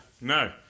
No